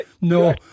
no